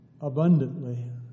abundantly